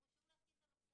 הם יצטרכו שוב להתקין מצלמות?